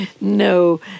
No